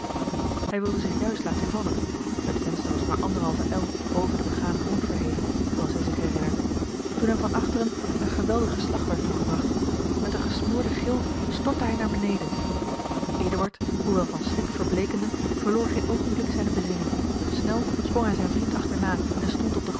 hij wilde zich juist laten vallen het venster was maar anderhalve el boven den beganen grond verheven zooals hij zich herinnerde toen hem van achteren een geweldige slag werd toegebragt met een gesmoorden gil stortte hij naar beneden eduard hoewel van schrik verbleekende verloor geen oogenblik zijne bezinning snel sprong hij zijn vriend achter na en stond op